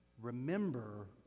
remember